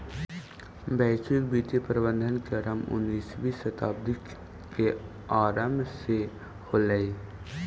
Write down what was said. वैश्विक वित्तीय प्रबंधन के आरंभ उन्नीसवीं शताब्दी के आरंभ से होलइ